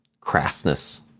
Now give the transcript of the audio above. crassness